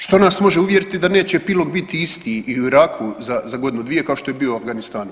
Što nas može uvjeriti da neće epilog biti isti i u Iraku za godinu, dvije kao što je bio u Afganistanu.